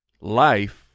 life